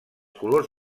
colors